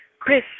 Chris